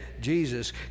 Jesus